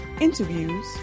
interviews